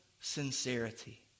sincerity